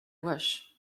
wish